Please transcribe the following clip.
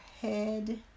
head